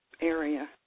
area